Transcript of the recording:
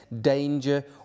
danger